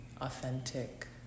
authentic